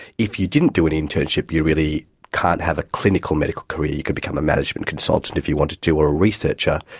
if you didn't do an internship you really can't have a clinical medical career. you could become a management consultant if you wanted to or a researcher,